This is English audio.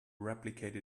replicate